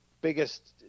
biggest